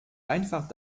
einfach